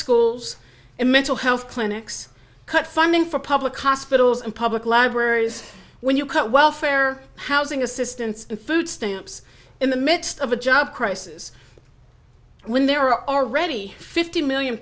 schools and mental health clinics cut funding for public hospitals and public libraries when you cut welfare housing assistance and food stamps in the midst of a job crisis when there are already fifty million